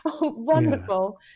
wonderful